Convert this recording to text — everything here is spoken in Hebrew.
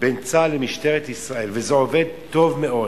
בין צה"ל למשטרת ישראל, וזה עובד טוב מאוד.